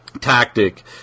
tactic